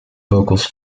vocals